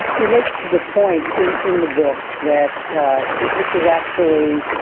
you make the point in in the book that this is actually